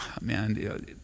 man